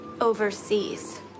overseas